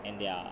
and their